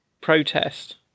protest